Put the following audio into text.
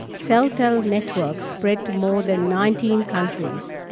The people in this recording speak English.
celtel networks spread to more than nineteen countries,